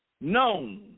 known